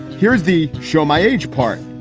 here's the show my age part.